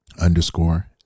underscore